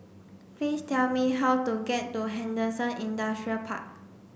please tell me how to get to Henderson Industrial Park